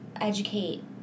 educate